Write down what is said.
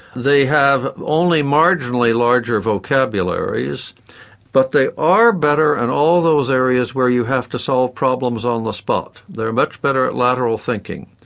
they have only marginally larger vocabularies but they are better in and all those areas where you have to solve problems on the spot. they are much better at lateral thinking.